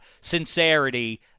sincerity